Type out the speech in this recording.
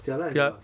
jialat as in what